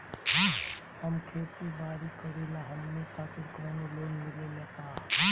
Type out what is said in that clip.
हम खेती बारी करिला हमनि खातिर कउनो लोन मिले ला का?